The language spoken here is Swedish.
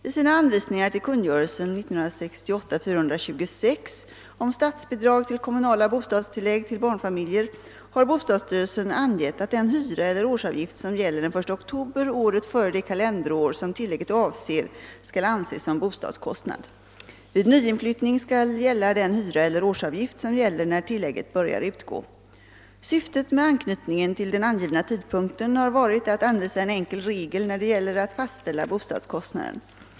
I sina anvisningar till kungörelsen 1968: 426 om statsbidrag till kommunala bostadstillägg till barnfamiljer har bostadsstyrelsen angett att den hyra eller årsavgift, som gäller den 1 oktober året före det kalenderår som tillägget avser, skall anses som bostadskostnad. Vid nyinflyttning skall gälla den hyra eller årsavgift som gäller när tillägget börjar utgå. Syftet med anknytningen till den angivna tidpunkten har varit att anvisa en enkel regel när det gäller att fastställa bostadskostnaden.